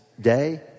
day